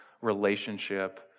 relationship